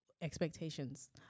expectations